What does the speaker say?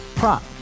Prop